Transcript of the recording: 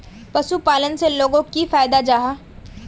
पशुपालन से लोगोक की फायदा जाहा?